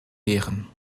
lehren